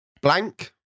Blank